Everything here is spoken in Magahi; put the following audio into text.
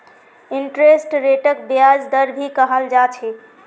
इंटरेस्ट रेटक ब्याज दर भी कहाल जा छे